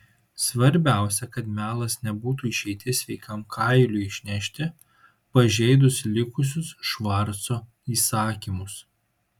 svarbiausia kad melas nebūtų išeitis sveikam kailiui išnešti pažeidus likusius švarco įsakymus